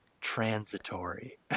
transitory